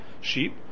sheep